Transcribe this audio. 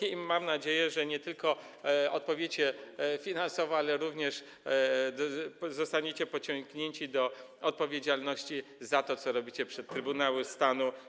I mam nadzieję, że nie tylko odpowiecie finansowo, ale również zostaniecie pociągnięci do odpowiedzialności za to, co robicie, przed Trybunałem Stanu.